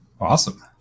Awesome